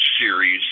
series